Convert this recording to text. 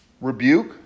Rebuke